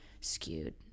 skewed